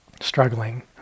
struggling